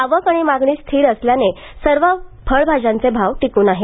आवक आणि मागणी स्थिर असल्याने सर्व फळभाज्यांचे भाव टिकून आहेत